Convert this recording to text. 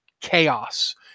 chaos